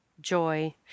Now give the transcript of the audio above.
joy